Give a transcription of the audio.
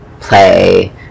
play